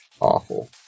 Awful